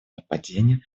нападения